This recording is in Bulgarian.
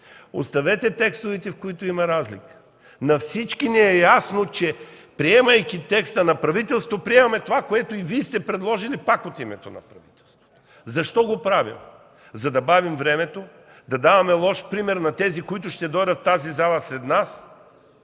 Оставете текстовете, в които има разлика. На всички ни е ясно, че приемайки текста на правителството, приемаме това, което и Вие сте предложили пак от името на правителството. Защо го правим? За да бавим времето, да даваме лош пример на тези, които ще дойдат в тази зала след нас!